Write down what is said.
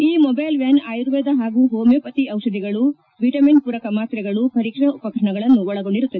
ಈ mobile van Ayurveda ಹಾಗೂ homeopathy ದಿಪಧಿಗಳು ವಿಟಮಿನ್ ಪೂರಕ ಮಾತ್ರೆಗಳು ಪರೀಕ್ಷಾ ಉಪಕರಣಗಳನ್ನು ಒಳಗೊಂಡಿರುತ್ತದೆ